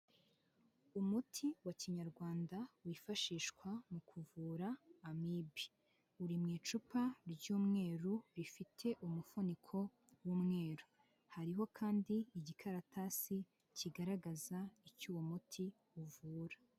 Umuti wa kinyarwanda wifashishwa mu kuvura amibe, uri mu icupa ry'umweru rifite umuvuniko w'umweru hariho kandi igikaratasi kigaragaza icyo uwo muti uvura.